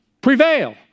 Prevail